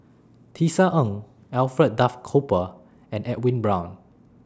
Tisa Ng Alfred Duff Cooper and Edwin Brown